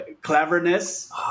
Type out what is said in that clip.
cleverness